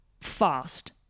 fast